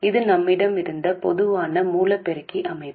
இது நம்மிடம் இருந்த பொதுவான மூல பெருக்கி அமைப்பு